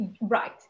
Right